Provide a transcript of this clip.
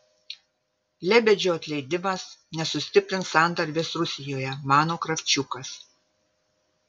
lebedžio atleidimas nesustiprins santarvės rusijoje mano kravčiukas